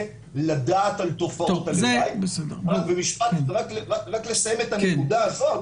לדעת על תועות הלוואי ומשפט רק לסיים את הנקודה הזאת,